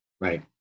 right